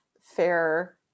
fair